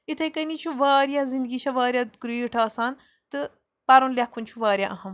یِتھَے کَنی چھُ واریاہ زِندگی چھےٚ واریاہ کرٛیٖٹھ آسان تہٕ پَرُن لیکھُن چھُ واریاہ اَہم